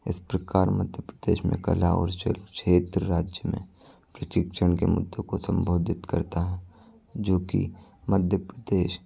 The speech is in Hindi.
इस प्रकार मध्य प्रदेश में कला और शिल्प क्षेत्र राज्य में प्रशिक्षण के मुद्दों को सम्बोधित करता है जो कि मध्य प्रदेश